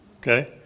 Okay